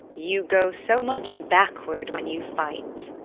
you go so much backward when you fight.